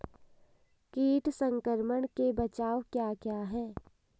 कीट संक्रमण के बचाव क्या क्या हैं?